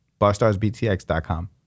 barstarsbtx.com